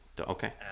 okay